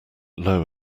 low